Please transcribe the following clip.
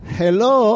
hello